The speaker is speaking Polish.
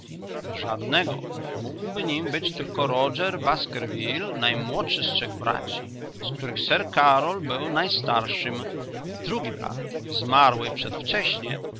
żadnego mógłby nim być tylko roger baskerville najmłodszy z trzech braci z których sir karol był najstarszym drugi brat zmarły przedwcześnie